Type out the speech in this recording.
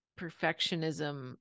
perfectionism